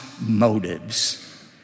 motives